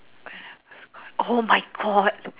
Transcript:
when I was caught oh my god